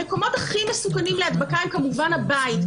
המקומות הכי מסוכנים להדבקה הם כמובן הבית,